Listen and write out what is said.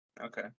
Okay